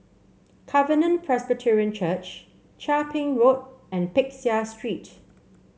Covenant Presbyterian Church Chia Ping Road and Peck Seah Street